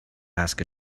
ask